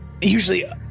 usually